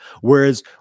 Whereas